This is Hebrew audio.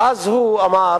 ואז הוא אמר: